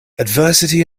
adversity